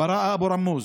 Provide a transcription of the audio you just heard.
ברא אבו-רמוז,